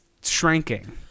shrinking